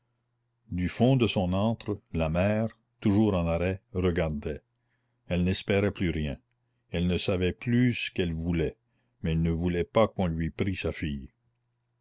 du fond de son antre la mère toujours en arrêt regardait elle n'espérait plus rien elle ne savait plus ce qu'elle voulait mais elle ne voulait pas qu'on lui prît sa fille